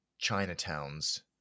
Chinatowns